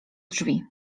drzwi